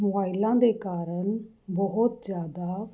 ਮੋਬਾਈਲਾਂ ਦੇ ਕਾਰਨ ਬਹੁਤ ਜ਼ਿਆਦਾ